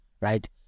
right